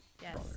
Yes